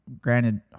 Granted